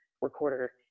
recorder